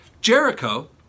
Jericho